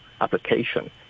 application